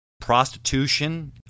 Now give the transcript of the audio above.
prostitution